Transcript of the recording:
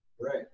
right